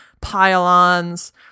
pylons